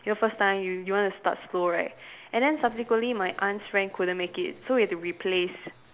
you know first time you you want to start slow right and then subsequently my aunt's friend couldn't make it so we had to replace